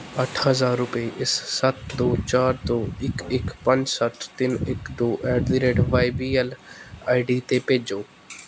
ਅੱਠ ਹਜ਼ਾਰ ਰੁਪਏ ਇਸ ਸੱਤ ਦੋ ਚਾਰ ਦੋ ਇੱਕ ਇੱਕ ਪੰਜ ਸੱਤ ਤਿੰਨ ਇੱਕ ਦੋ at the rate Y B L I D 'ਤੇ ਭੇਜੋ